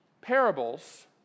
parables